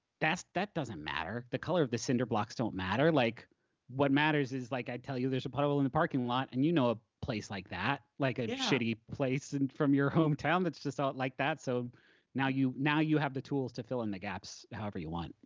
that doesn't matter. the color of the cinder blocks don't matter. what matters is like i tell you there's a puddle in the parking lot, and you know a place like that, like a shitty place and from your hometown that's just out like that. so now you now you have the tools to fill in the gaps however you want.